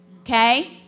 Okay